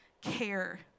care